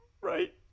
Right